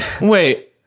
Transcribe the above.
Wait